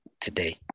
today